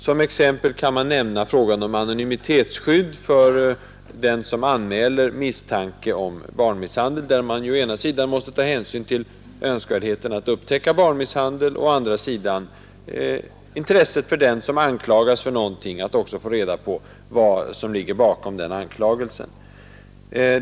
Som exempel kan nämnas frågan om anonymitetsskydd för den som anmäler misstanke om barnmisshandel, där man ju å ena sidan måste ta hänsyn till önskvärdheten av att upptäcka barnmisshandel, och å andra sidan intresset för den som anklagas för någonting att också få reda på vad som ligger bakom den anklagelsen.